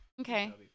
Okay